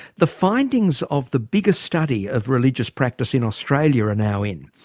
the findings of the biggest study of religious practice in australia are now in.